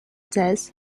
this